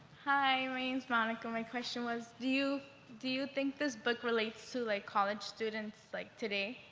hi, my name is monica. my question was do you do you think this book relates to like college students like today?